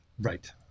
Right